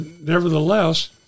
nevertheless